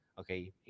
Okay